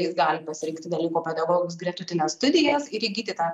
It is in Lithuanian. jis gali pasirinkti dalyko pedagogikos gretutines studijas ir įgyti tą